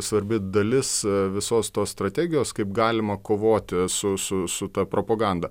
svarbi dalis visos tos strategijos kaip galima kovoti su su su ta propaganda